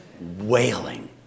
wailing